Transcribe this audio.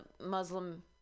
muslim